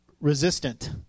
resistant